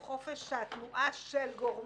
אליו.